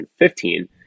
2015